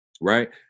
Right